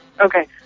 Okay